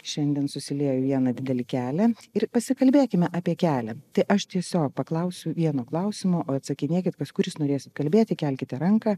šiandien susiliejo į vieną didelį kelią ir pasikalbėkime apie kelią tai aš tiesiog paklausiu vieno klausimo o atsakinėkit tas kuris norėsit kalbėti kelkite ranką